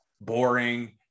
boring